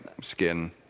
skin